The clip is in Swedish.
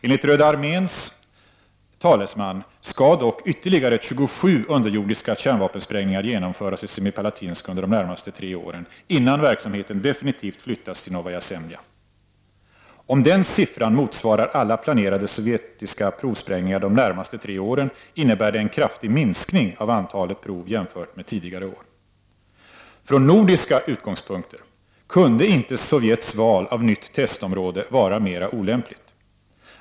Enligt Röda arméns talesman skall dock ytterligare 27 underjordiska kärnvapensprängningar genomföras i Semipalatinsk under de närmaste tre åren innan verksamheten definitivt flyttas till Novaja Zemlja. Om den siffran motsvarar alla planerade sovjetiska provsprängningar under de närmaste tre åren, innebär det en kraftig minskning av antalet prov jämfört med tidigare år. Från nordiska utgångspunkter kunde inte Sovjets val av nytt testområde vara mer olämpligt.